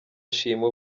ashima